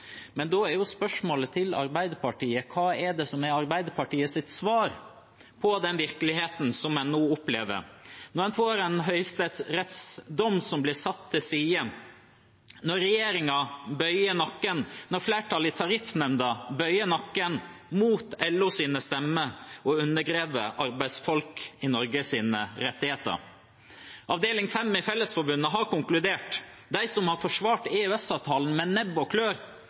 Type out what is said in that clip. Men da er jo spørsmålet til Arbeiderpartiet: Hva er det som er Arbeiderpartiets svar på den virkeligheten som en nå opplever – når en får en høyesterettsdom som blir satt til side, når regjeringen bøyer nakken, når flertallet i Tariffnemnda bøyer nakken mot LOs stemmer og undergraver rettighetene til arbeidsfolk i Norge? Avdeling 5 i Fellesforbundet har konkludert: De som har forsvart EØS-avtalen med nebb og klør,